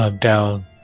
down